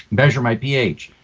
measure my ph,